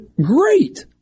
great